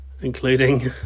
including